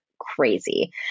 crazy